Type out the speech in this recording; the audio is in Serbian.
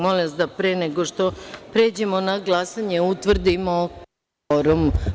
Molim vas da pre nego što pređemo na glasanje utvrdimo kvorum.